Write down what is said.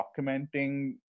documenting